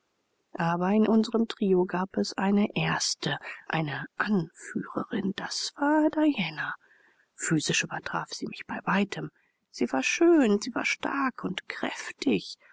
aber in unserem trio gab es eine erste eine anführerin das war diana physisch übertraf sie mich bei weitem sie war schön sie war stark und kräftig